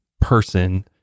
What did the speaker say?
person